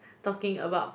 talking about